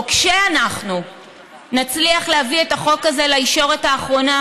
או כשאנחנו נצליח להביא את החוק הזה לישורת האחרונה,